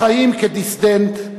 החיים כדיסידנט,